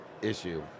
issue